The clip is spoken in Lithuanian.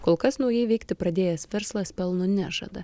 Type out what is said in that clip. kol kas naujai veikti pradėjęs verslas pelno nežada